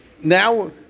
Now